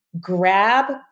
grab